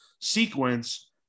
sequence